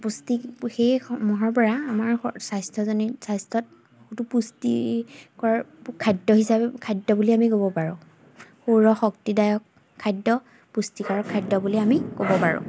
পুষ্টিক সেইসমূহৰপৰা আমাৰ স্বাস্থ্যজনিত স্বাস্থ্যত বহুতো পুষ্টিকৰ খাদ্য হিচাপে খাদ্য বুলি আমি ক'ব পাৰোঁ সৌৰ শক্তিদায়ক খাদ্য পুষ্টিকৰক খাদ্য বুলি আমি ক'ব পাৰোঁ